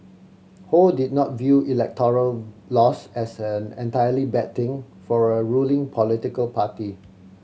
ho did not view electoral loss as an entirely bad thing for a ruling political party